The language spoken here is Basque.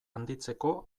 handitzeko